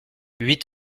huit